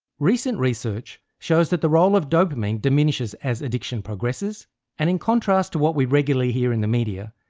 recent research shows that the role of dopamine diminishes as addiction progresses and, in contrast to what we regularly hear in the media,